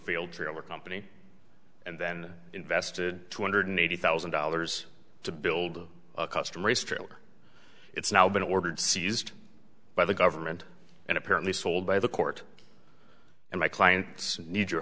field trailer company and then invested two hundred eighty thousand dollars to build a custom race trailer it's now been ordered seized by the government and apparently sold by the court and my clients need your